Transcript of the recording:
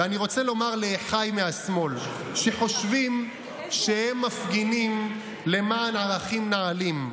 ואני רוצה לומר לאחיי מהשמאל שחושבים שהם מפגינים למען ערכים נעלים,